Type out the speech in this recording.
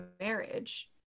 marriage